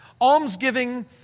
Almsgiving